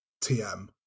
TM